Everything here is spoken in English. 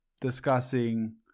discussing